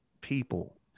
people